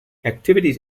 activities